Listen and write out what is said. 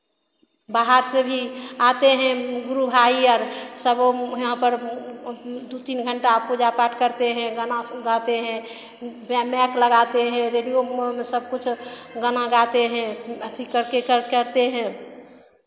बाहर से भी आते हैं गुरु भाई अर सब यहाँ पर दो तीन घंटा पूजा पाठ करते हैं गाना गाते हैं ब्या माइक लगाते हैं रेडियो में सब कुछ गाना गाते हैं अथि करके कर करते हैं